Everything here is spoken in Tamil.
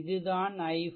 இது தான் i4